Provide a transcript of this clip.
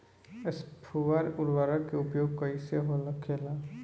स्फुर उर्वरक के उपयोग कईसे होखेला?